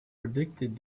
predicted